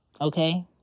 Okay